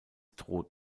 droht